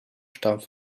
stammt